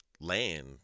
land